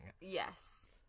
Yes